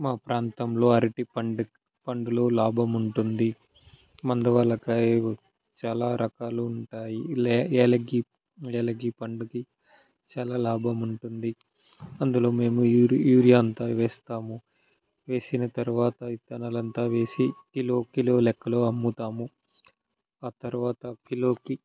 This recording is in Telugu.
మా ప్రాంతంలో అరటి పండు పండ్లు లాభం ఉంటుంది మందు వలన చాలా రకాలు ఉంటాయి వెలగ వెలగ పండుకి చాలా లాభం ఉంటుంది అందులో మేము యూరియా యూరియా అంతా వేస్తాము వేసిన తరువాత విత్తనాలు అంతా వేసి కిలో కిలో లెక్కలో అమ్ముతాము ఆ తరువాత కిలోకి